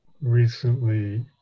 recently